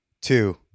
Two